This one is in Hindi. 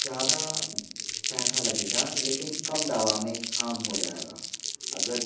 ज़्यादा पैसा लगेगा लेकिन कम दवा में काम हो जाएगा अगर